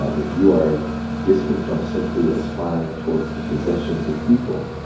ah if you are distant from simply aspiring towards the possessions of people,